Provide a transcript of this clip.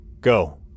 Go